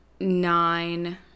nine